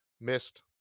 missed